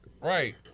Right